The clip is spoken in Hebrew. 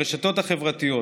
ברשתות החברתיות.